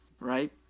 right